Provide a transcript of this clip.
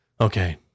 okay